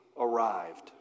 arrived